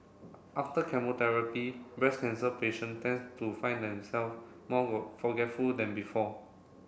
after chemotherapy breast cancer patient tends to find them self more forgetful than before